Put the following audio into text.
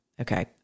Okay